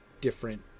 different